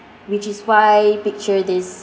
which is why picture this